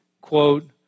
quote